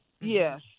yes